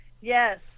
Yes